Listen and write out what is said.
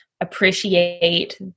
Appreciate